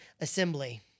assembly